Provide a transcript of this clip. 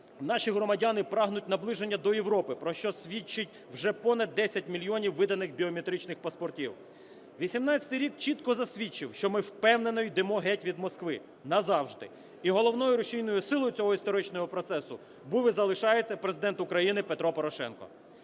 Наші громадяни прагнуть наближення до Європи, про що свідчить вже понад 10 мільйонів виданих біометричних паспортів. Вісімнадцятий рік чітко засвідчив, що ми впевнено йдемо геть від Москви назавжди, і головною рушійною силою цього історичного процесу був і залишається Президент України Петро Порошенко.